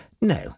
No